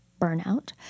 burnout